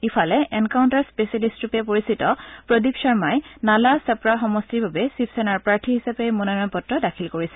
ইফালে encounter specialist ৰূপে পৰিচিত প্ৰদীপ শৰ্মাই নালা চপৰা সমষ্টিৰ বাবে শিৱ সেনাৰ প্ৰাৰ্থী হিচাপে মনোনয়ন পত্ৰ দাখিল কৰিছে